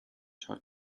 took